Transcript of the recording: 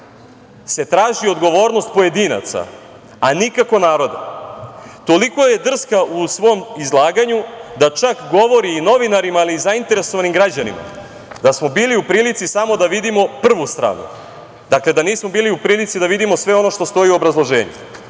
se traži odgovornost pojedinaca, a nikako naroda. Toliko je drska u svom izlaganju da čak govori i novinarima, ali i zainteresovanim građanima da smo bili u prilici samo da vidimo prvu stranu. Dakle, da nismo bili u prilici da vidimo sve ono što sto u obrazloženju. Radi